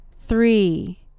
three